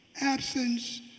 absence